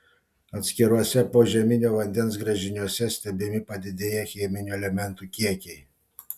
atskiruose požeminio vandens gręžiniuose stebimi padidėję cheminių elementų kiekiai